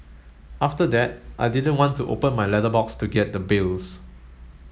after that I didn't want to open my letterbox to get the bills